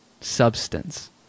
Substance